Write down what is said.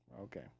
Okay